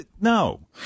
no